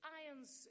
ions